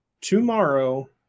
tomorrow